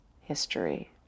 history